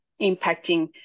impacting